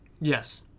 Yes